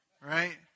Right